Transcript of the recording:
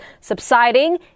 subsiding